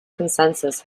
consensus